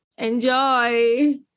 Enjoy